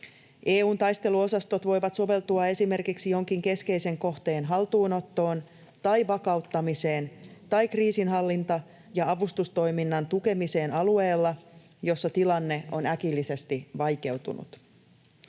EU:n taisteluosastot voivat soveltua esimerkiksi jonkin keskeisen kohteen haltuunottoon tai vakauttamiseen tai kriisinhallinta- ja avustustoiminnan tukemiseen alueella, jossa tilanne on äkillisesti vaikeutunut.